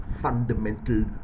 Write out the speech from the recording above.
fundamental